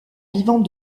vivant